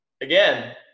again